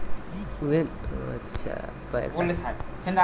tax के चोरी कईल एगो बहुत बड़का अपराध बावे